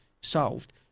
solved